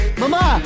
Mama